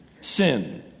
Sin